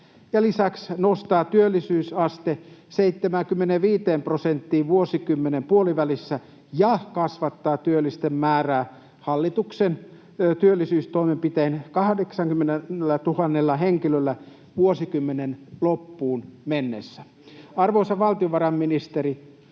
lisäksi nostaa työllisyysaste 75 prosenttiin vuosikymmenen puolivälissä ja kasvattaa työllisten määrää hallituksen työllisyystoimenpitein 80 000 henkilöllä vuosikymmenen loppuun mennessä. Arvoisa valtiovarainministeri,